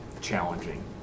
challenging